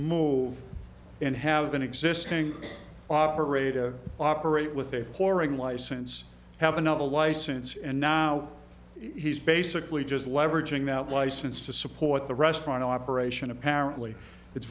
move and have been existing operate operate with a flooring license have another license and now he's basically just leveraging that license to support the restaurant operation apparently it's